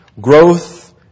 growth